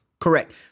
Correct